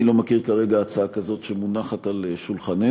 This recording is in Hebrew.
אני לא מכיר כרגע הצעה כזאת שמונחת על שולחננו,